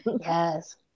Yes